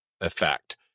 effect